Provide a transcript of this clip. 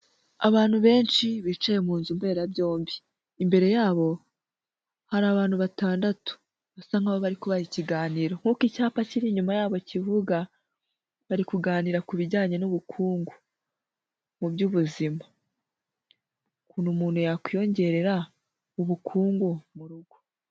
Abantu benshi bicaye mu nzu mberabyombi, imbere yabo hari abantu batandatu basa nkaho bari kubaha ikiganiro, nk'uko icyapa kiri inyuma yabo kivuga bari kuganira ku bijyanye n'ubukungu mu by'ubuzima, ukuntu umuntu yakwiyongerera ubukungu mu rugo.